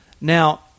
Now